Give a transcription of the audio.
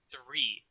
three